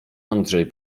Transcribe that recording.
andrzej